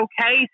okay